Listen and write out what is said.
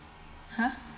ha